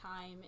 time